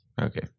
Okay